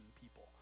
people